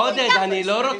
עודד, לא.